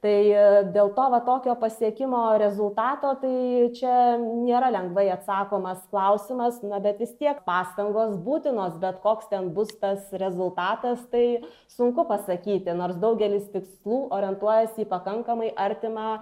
tai a dėl to va tokio pasiekimo rezultato tai čia nėra lengvai atsakomas klausimas na bet vis tiek pastangos būtinos bet koks ten bus tas rezultatas tai sunku pasakyti nors daugelis tikslų orientuojasi į pakankamai artimą